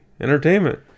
entertainment